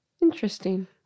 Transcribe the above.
Interesting